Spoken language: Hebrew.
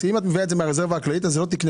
אם את מביאה את זה מן הרזרבה הכללית אז זה לא תקני